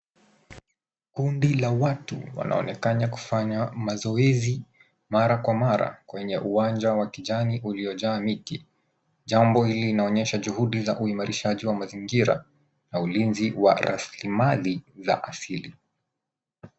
Kundi la watu wanaonekana kufanya mazoezi mara kwa mara kwenye uwanja wa kijani uliojaa miti. Jambo hili linaonyesha juhudi za uimarishaji wa mazingira na ulinzi wa raslimali za asili.